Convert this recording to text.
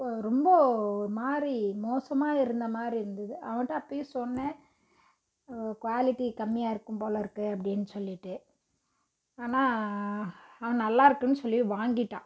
ரொம்ப ஒரு மாதிரி மோசமாக இருந்த மாதிரி இருந்தது அவன்கிட்ட அப்போயே சொன்னேன் குவாலிட்டி கம்மியாக இருக்கும் போல் இருக்குது அப்படின்னு சொல்லிவிட்டு ஆனால் அவன் நல்லா இருக்குதுன்னு சொல்லி வாங்கிட்டான்